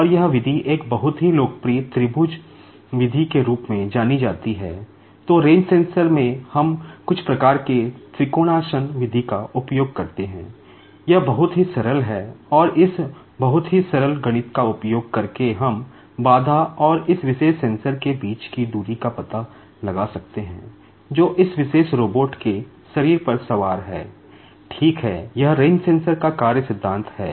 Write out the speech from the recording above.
और यह विधि एक बहुत ही लोकप्रिय ट्रायंगुल मेथड का कार्य सिद्धांत है